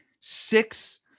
six